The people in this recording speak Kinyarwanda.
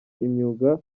imyuga